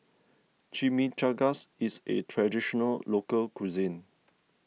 Chimichangas is a Traditional Local Cuisine